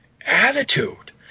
attitude